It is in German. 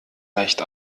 leicht